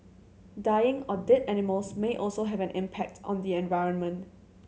dying or dead animals may also have an impact on the environment